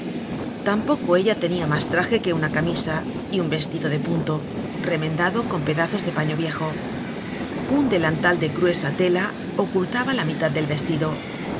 tampoco ella tenia mas traje que una camisa y un vestido de punto remendado con pedazos de paño viejo un delantal de gruesa tela ocultaba la mitad del vestido